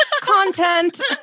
content